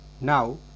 Now